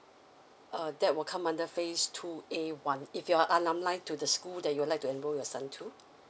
uh that will come under phase two A one if you're alumni to the school that you'd like to enrol your son to